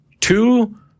two